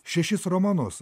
šešis romanus